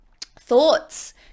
Thoughts